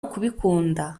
ukubikunda